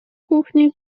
kuchni